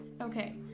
okay